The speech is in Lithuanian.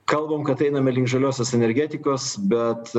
kalbam kad einame link žaliosios energetikos bet